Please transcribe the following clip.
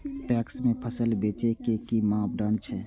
PACS में फसल बेचे के कि मापदंड छै?